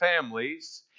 families